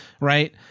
right